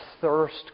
thirst